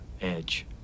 edge